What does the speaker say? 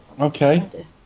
Okay